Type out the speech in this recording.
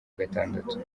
gatandatu